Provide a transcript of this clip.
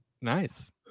Nice